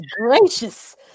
gracious